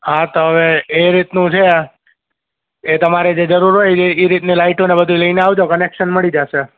હા તો હવે એ રીતનું છે એ તમારે જે જરૂર હોય ઈ રીતનું લાઇટોને બધુ લઈને આવજો કનેક્શન મળી જાસે